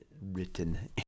written